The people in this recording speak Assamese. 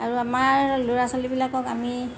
আৰু আমাৰ ল'ৰা ছোৱালীবিলাকক আমি